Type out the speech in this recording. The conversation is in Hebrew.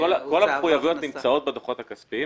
אז אני אומר שכל המחויבויות נמצאות בדוחות הכספיים,